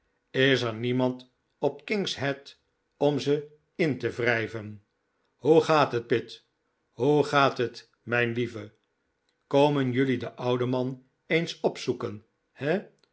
is er niemand op king's head om ze in te wrijven hoe gaat het pitt hoe gaat het mijn lieve komen jullie den ouwen man eens opzoeken he